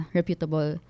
reputable